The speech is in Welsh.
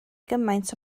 gymaint